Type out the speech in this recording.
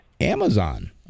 Amazon